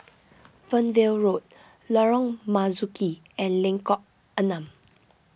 Fernvale Road Lorong Marzuki and Lengkok Enam